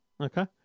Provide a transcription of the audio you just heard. Okay